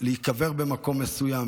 בקשות להיקבר במקום מסוים,